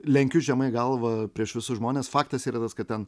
lenkiu žemai galvą prieš visus žmones faktas yra tas kad ten